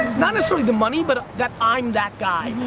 not necessarily the money, but that i'm that guy,